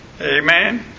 Amen